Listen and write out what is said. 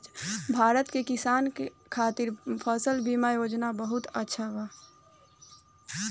भारत के किसान खातिर फसल बीमा योजना बहुत अच्छा बा